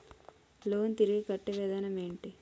Loan తిరిగి కట్టే విధానం ఎంటి?